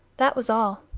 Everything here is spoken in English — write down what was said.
that was all.